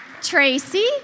Tracy